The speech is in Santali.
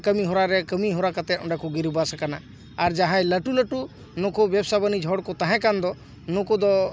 ᱠᱟᱹᱢᱤ ᱦᱚᱨᱟ ᱨᱮ ᱠᱟᱹᱢᱤ ᱦᱚᱨᱟ ᱠᱟᱛᱮᱫ ᱚᱸᱰᱮ ᱠᱚ ᱜᱤᱨᱟᱹᱵᱟᱥ ᱠᱟᱱᱟ ᱟᱨ ᱡᱟᱦᱟᱸᱭ ᱞᱟᱴᱩ ᱞᱟᱴᱩ ᱱᱩᱠᱩ ᱵᱮᱵᱽᱥᱟ ᱵᱟᱱᱤᱡᱽ ᱦᱚᱲ ᱠᱚ ᱛᱟᱦᱮᱸ ᱠᱟᱱ ᱫᱚ ᱱᱩᱠᱩ ᱫᱚ